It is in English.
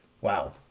Wow